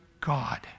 God